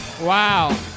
Wow